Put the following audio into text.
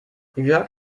jörg